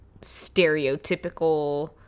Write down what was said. stereotypical